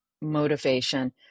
motivation